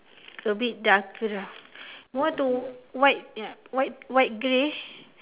a bit darker more to white ya white white grey